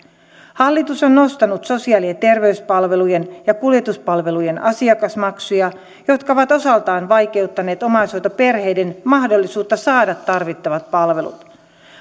hallitus on nostanut sosiaali ja terveyspalvelujen ja kuljetuspalvelujen asiakasmaksuja jotka ovat osaltaan vaikeuttaneet omaishoitoperheiden mahdollisuutta saada tarvittavat palvelut